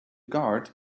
guard